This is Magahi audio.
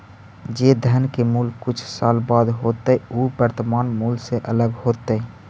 जे धन के मूल्य कुछ साल बाद होतइ उ वर्तमान मूल्य से अलग होतइ